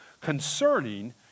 Concerning